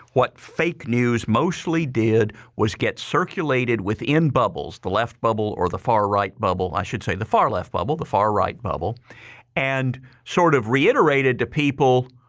what fake news mostly did was get circulated within bubbles, the left bubble or the far right bubble. i should say the far left bubble, the far right bubble and sort of reiterated the people.